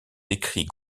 écrits